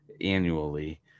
annually